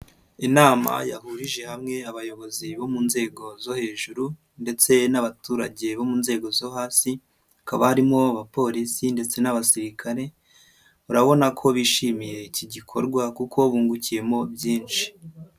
Inama yahurije hamwe abayobozi bo mu nzego zo hejuru ndetse n'abaturage bo mu nzego zo hasi, hakaba harimo abapolisi ndetse n'abasirikare urabona ko bishimiye iki gikorwa kuko bungukiyemo byinshi.